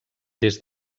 des